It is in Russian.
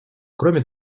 кроме